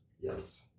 yes